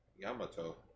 Yamato